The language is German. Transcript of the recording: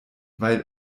weil